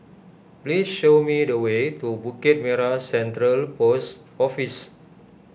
please show me the way to Bukit Merah Central Post Office